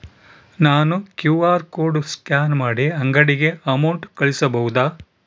ನಾನು QR code scan ಮಾಡಿ ಅಂಗಡಿಗೆ ಅಮೌಂಟ್ ಕಳಿಸಬಹುದಾ?